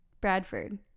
Bradford